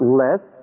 less